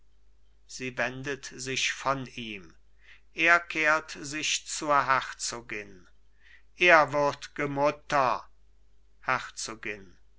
sie wendet sich von ihm er kehrt sich zur herzogin ehrwürdge mutter herzogin